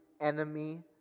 enemy